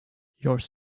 yours